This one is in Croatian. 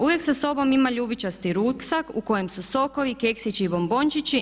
Uvijek sa sobom ima ljubičasti ruksak u kojem su sokovi, keksići i bombončići.